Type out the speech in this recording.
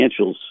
financials